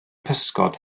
pysgod